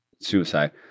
suicide